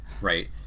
right